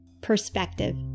perspective